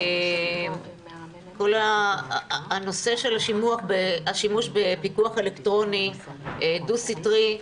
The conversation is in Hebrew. כל הנושא של השימוש בפיקוח אלקטרוני דו סטרי,